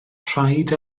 rhaid